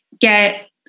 get